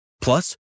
Plus